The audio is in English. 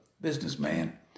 businessman